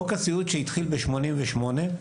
חוק הסיעוד, שהתחיל בשנת 1988,